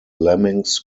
lemmings